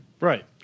Right